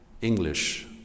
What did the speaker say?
English